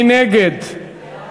אין מתנגדים, אין